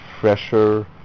fresher